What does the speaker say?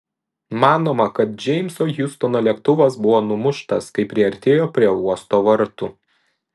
manoma kad džeimso hjustono lėktuvas buvo numuštas kai priartėjo prie uosto vartų